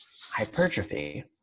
hypertrophy